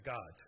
God